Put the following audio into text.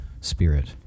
spirit